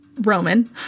Roman